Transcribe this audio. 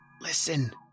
Listen